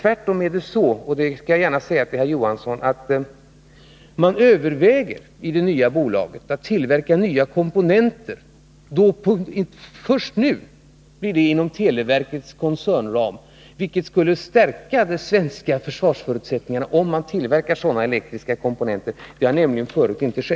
Tvärtom blir det nu möjligt att inom televerkets koncernram tillverka elektriska komponenter, vilket skulle stärka de svenska försvarsförutsättningarna. Det har förut inte kunnat ske.